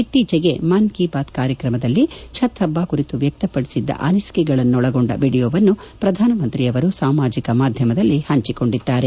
ಇತ್ತೀಚೆಗೆ ಮನ್ ಕೀ ಬಾತ್ ಕಾರ್ಯಕ್ರಮದಲ್ಲಿ ಛತ್ ಹಬ್ಬ ಕುರಿತು ವ್ವಕ್ತಪಡಿಸಿದ್ದ ಅನಿಸಿಕೆಗಳನ್ನೊಳಗೊಂಡ ವಿಡಿಯೋವನ್ನು ಪ್ರಧಾನಮಂತ್ರಿ ಅವರು ಸಾಮಾಜಿಕ ಮಾಧ್ಯಮಗಳಲ್ಲಿ ಹಂಚಿಕೊಂಡಿದ್ದಾರೆ